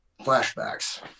flashbacks